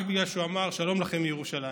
רק בגלל שהוא אמר: שלום לכם מירושלים,